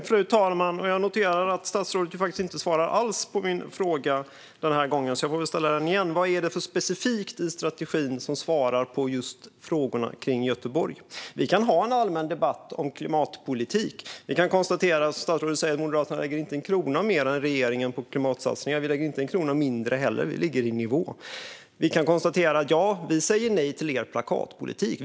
Fru talman! Jag noterar att statsrådet inte svarar alls på min fråga den här gången, så jag får väl ställa den igen: Vad är det för specifikt i strategin som svarar på just frågorna kring Göteborg? Vi kan ha en allmän debatt kring klimatpolitik. Vi kan konstatera att statsrådet säger att Moderaterna inte lägger en krona mer än regeringen på klimatsatsningar. Men vi lägger inte en krona mindre heller. Vi ligger i nivå. Vi kan konstatera att vi säger nej till er plakatpolitik.